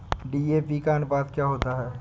DAP का अनुपात क्या होता है?